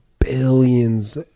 billions